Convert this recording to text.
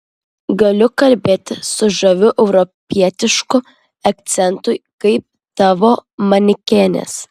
galiu kalbėti su žaviu europietišku akcentu kaip tavo manekenės